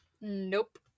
Nope